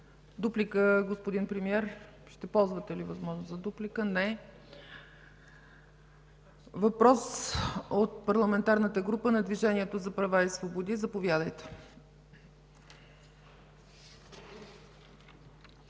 ЦАЧЕВА: Господин Премиер, ще ползвате ли възможност за дуплика? Не. Въпрос от Парламентарната група на Движението за права и свободи. Заповядайте.